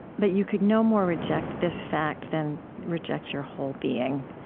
but you could no more reject this fact than reject your whole being.